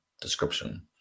description